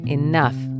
enough